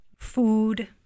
food